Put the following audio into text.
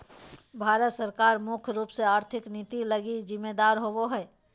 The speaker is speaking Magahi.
भारत सरकार मुख्य रूप से आर्थिक नीति लगी जिम्मेदर होबो हइ